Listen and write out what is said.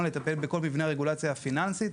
לטפל בכל מבנה הרגולציה הפיננסית.